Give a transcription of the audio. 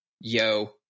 yo